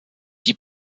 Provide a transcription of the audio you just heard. die